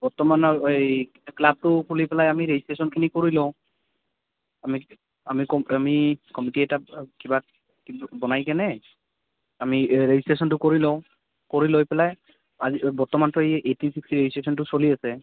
বৰ্তমান এই ক্লাবটো খুলি পেলাই আমি ৰেজিষ্ট্ৰেশ্যনখিনি কৰি লওঁ আমি আমি আমি কমিটি এটা কিবা বনাই কেনে আমি ৰেজিষ্ট্ৰেশ্যনটো কৰি লওঁ কৰি লৈ পেলাই আজি বৰ্তমানটো এই এইট্টি চিক্স ৰেজিষ্ট্ৰেশ্যনটো চলি আছে